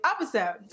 episode